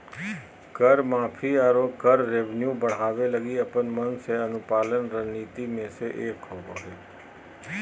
कर माफी, आरो कर रेवेन्यू बढ़ावे लगी अपन मन से अनुपालन रणनीति मे से एक होबा हय